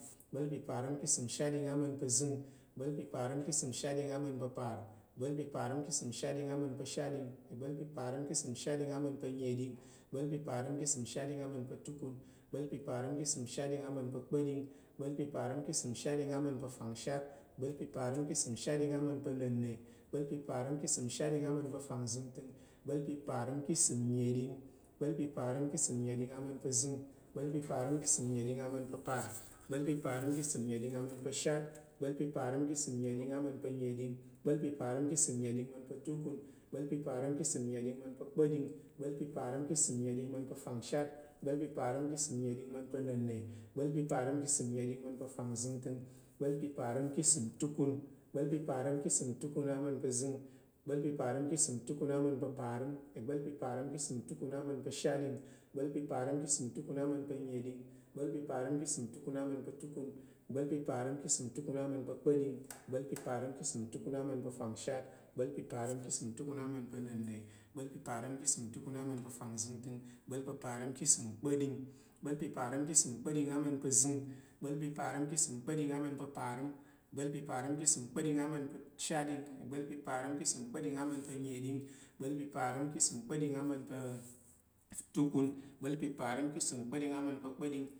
Ìgba̱l pa̱ parəm ka̱ ìsəm shatɗing azəng. ìgba̱l pa̱ parəm ka̱ ìsəm shatɗing aparəm. ìgba̱l pa̱ parəm ka̱ ìsəm shatɗing ashat. ìgba̱l pa̱ parəm ka̱ ìsəm shatɗing anənɗing. ìgba̱l pa̱ parəm ka̱ ìsəm shatɗing atukun. ìgba̱l pa̱ parəm ka̱ ìsəm shatɗing akpa̱ɗing. ìgba̱l pa̱ parəm ka̱ ìsəm shatɗing aman pa̱ afangzəngtəng, ìgba̱l pa̱ parəm ka̱ səm nəɗing,. ìgba̱l pa̱ parəm ka̱ səm nəɗing azəng,. ìgbá̱l ka̱ ìsəm nnəɗing anənɗing, ìgbá̱l ka̱ ìsəm nnəɗing atukun,. ìgbá̱l ka̱ ìsəm nnəɗing akpa̱ɗing. ìgbá̱l ka̱ ìsəm nnəɗing ama̱n pa̱ afangshat. ìgbá̱l ka̱ ìsəm nnəɗing ama̱n pa̱ annəna̱. ìgbá̱l ka̱ ìsəm nnəɗing ama̱n pa̱ afangzəngtəng. ìgbá̱l ka̱ ìsəm tukun. ìgbá̱l ka̱ ìsəm tukun ama̱n pa̱ aza̱ng. ìgbá̱l ka̱ ìsəm tukun ama̱n pa̱ aparəm. ìgbá̱l ka̱ ìsəm tukun ama̱n pa̱ ashatɗing. ìgbá̱l ka̱ ìsəm tukun ama̱n pa̱ annəɗing. ìgbá̱l ka̱ ìsəm tukun ama̱n pa̱ atukun. ìgbá̱l ka̱ ìsəm tukun ama̱n pa̱ akpa̱ɗing. ìgbá̱l ka̱ ìsəm tukun ama̱n pa̱ afangshat. ìgbá̱l ka̱ ìsəm tukun ama̱n pa̱ annəna̱. ìgbá̱l ka̱ ìsəm tukun ama̱n pa̱ afangzəngtəng. ìgbá̱l ka̱ ìsəm kpa̱ɗing. ìgbá̱l ka̱ ìsəm kpa̱ɗing ama̱n pa̱ azəng. ìgbá̱l ka̱ ìsəm kpa̱ɗing ama̱n pa̱ aparəm. ìgbá̱l ka̱ ìsəm kpa̱ɗing ama̱n pa̱ ashatɗin. ìgbá̱l ka̱ ìsəm kpa̱ɗing ama̱n pa̱ anəɗing. ìgbá̱l ka̱ ìsəm kpa̱ɗing ama̱n pa̱ atukun. ìgbá̱l ka̱ ìsəm kpa̱ɗing ama̱n pa̱ akpa̱ɗing